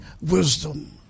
wisdom